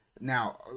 Now